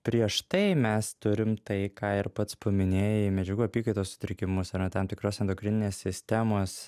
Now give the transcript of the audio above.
prieš tai mes turim tai ką ir pats paminėjai medžiagų apykaitos sutrikimus arba tam tikros endokrininės sistemos